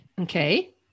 Okay